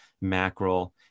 mackerel